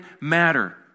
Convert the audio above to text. matter